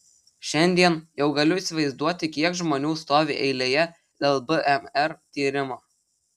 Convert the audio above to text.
šiandien jau galiu įsivaizduoti kiek žmonių stovi eilėje dėl bmr tyrimo